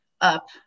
up